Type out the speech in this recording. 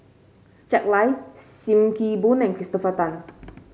Jack Lai Sim Kee Boon and Christopher Tan